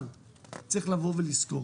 אבל צריך לבוא ולזכור